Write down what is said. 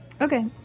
Okay